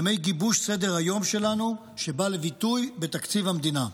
ימי גיבוש סדר-היום שלנו שבא לידי ביטוי בתקציב המדינה.